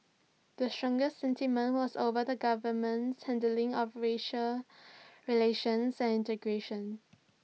the strongest sentiment was over the government's handling of racial relations and integration